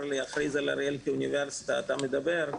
בהכרזה על אריאל כאוניברסיטה אתה מדבר,